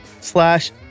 slash